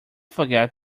forget